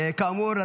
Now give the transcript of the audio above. כאמור,